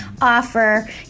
offer